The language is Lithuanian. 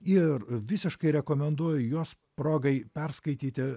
ir visiškai rekomenduoju juos progai perskaityti